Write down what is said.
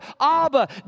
Abba